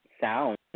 sound